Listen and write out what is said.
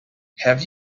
have